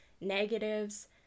negatives